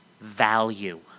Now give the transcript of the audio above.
value